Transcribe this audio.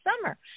summer